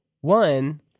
One